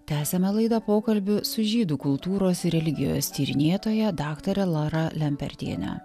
tęsiame laidą pokalbiu su žydų kultūros ir religijos tyrinėtoja daktare laura lempertiene